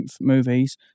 movies